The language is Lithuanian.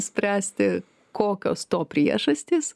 spręsti kokios to priežastys